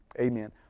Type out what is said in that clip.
Amen